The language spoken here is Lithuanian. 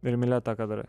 ir mylėt tą ką darai